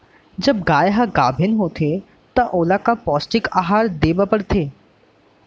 जब गाय ह गाभिन होथे त ओला का पौष्टिक आहार दे बर पढ़थे?